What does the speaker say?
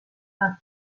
tant